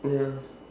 ya